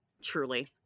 Truly